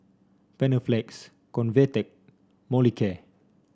Panaflex Convatec Molicare